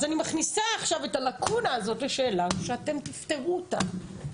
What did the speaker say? אז אני מכניסה עכשיו את הלקונה הזאת לשאלה שאתם תפתרו אותה.